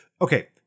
okay